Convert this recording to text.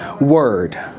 Word